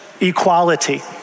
equality